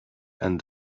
and